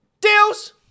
Deals